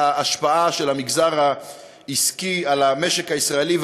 ההשפעה של המגזר העסקי על המשק הישראלי,